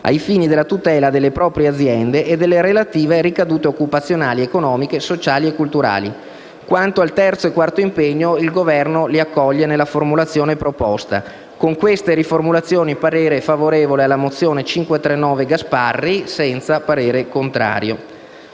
ai fini della tutela delle proprie aziende e delle relative ricadute occupazionali, economiche, sociali e culturali». Quanto al terzo e al quarto impegno, il Governo li accoglie nella formulazione proposta. Con queste riformulazioni, il parere è favorevole alla mozione n. 539; altrimenti, il parere è contrario.